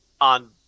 on